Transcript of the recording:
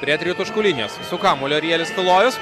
prie tritaškų linijos su kamuoliu arielius tulojus